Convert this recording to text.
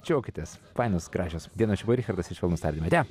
džiaukitės fainos gražios dienos čia buvo richardas ir švelnūs tardymai atia